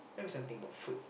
tell me something about food